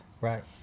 Right